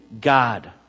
God